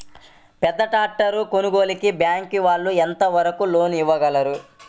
పెద్ద ట్రాక్టర్ కొనుగోలుకి బ్యాంకు వాళ్ళు ఎంత వరకు లోన్ ఇవ్వగలరు?